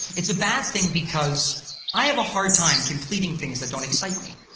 it's a bad thing because i have a hard time completing things that don't excite me.